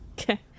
Okay